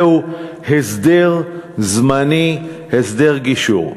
זהו הסדר זמני, הסדר גישור.